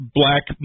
black